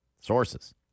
Sources